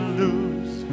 lose